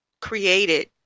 created